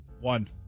One